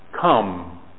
come